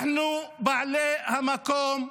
אנחנו בעלי המקום,